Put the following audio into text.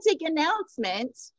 announcement